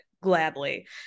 gladly